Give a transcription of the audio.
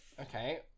Okay